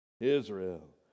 Israel